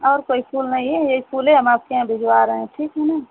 और कोई फूल नहीं है यही फूल है हम आपके यहाँ भिजवा रहे हैं ठीक है ना